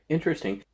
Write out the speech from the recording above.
Interesting